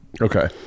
Okay